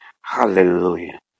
hallelujah